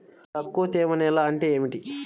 తక్కువ తేమ నేల అంటే ఏమిటి?